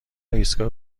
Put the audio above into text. ایستگاه